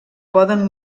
poden